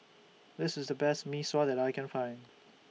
This IS The Best Mee Sua that I Can Find